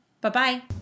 Bye-bye